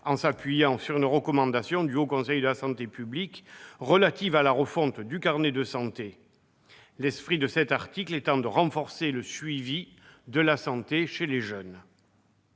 en s'appuyant sur une recommandation du Haut Conseil de la santé publique relative à la refonte du carnet de santé, dans l'objectif de renforcer le suivi chez les jeunes.